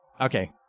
Okay